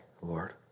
Lord